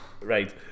Right